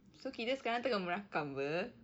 so kita sekarang tengah merakam [pe]